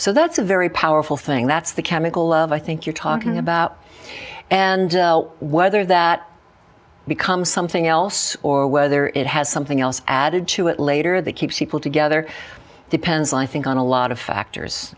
so that's a very powerful thing that's the chemical love i think you're talking about and whether that becomes something else or whether it has something else added to it later that keeps people together depends i think on a lot of factors